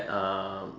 um